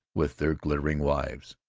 with their glittering wives.